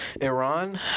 Iran